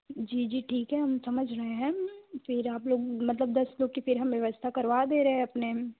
जी जी ठीक है हम समझ रहे हैं फिर आप लोग मतलब दस लोग की फिर हम व्यवस्था करवा दे रहे हैं अपने